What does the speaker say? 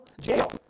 jail